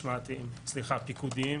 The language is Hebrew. סליחה פיקודיים,